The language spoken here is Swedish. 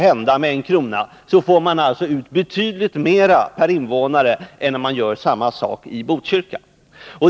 — om det skulle hända — får man alltså ut betydligt mer per invånare än om man gör samma sak i Botkyrka.